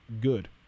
good